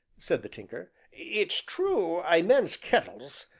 said the tinker, it's true i mends kettles,